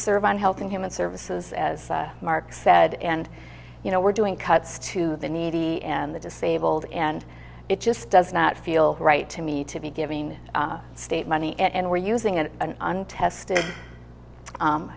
serve on health and human services as mark said and you know we're doing cuts to the needy and the disabled and it just does not feel right to me to be giving state money and we're using an untested